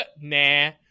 nah